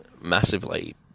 massively